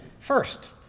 first,